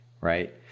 Right